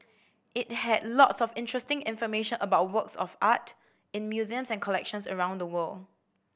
it had lots of interesting information about works of art in museums and collections around the world